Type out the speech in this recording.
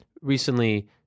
recently